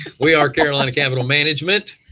we are carolina capital management.